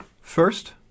First